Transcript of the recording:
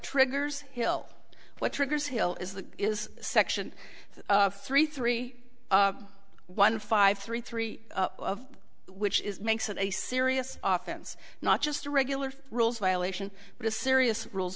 triggers hill what triggers hill is the is section three three one five three three of which is makes it a serious offense not just a regular rules violation but a serious rules